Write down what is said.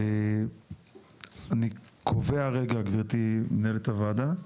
אני קובע, גברתי מנהלת הוועדה,